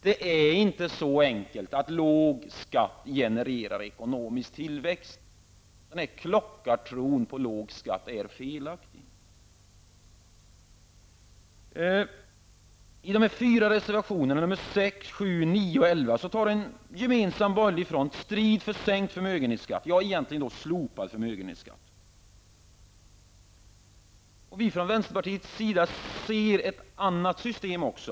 Det är inte så olika att låg skatt genererar ekonomisk tillväxt. Klockartron på låg skatt är felaktig. 11 -- tar en gemensam borgerlig front strid för sänkt förmögenhetsskatt, ja, egentligen slopad förmögenhetsskatt. Vi från vänsterpartiet ser också ett annat system.